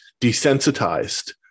desensitized